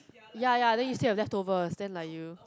ya ya then you still have leftovers then like you